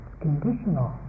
conditional